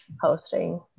Hosting